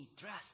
Trust